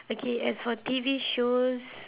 okay as for T_V shows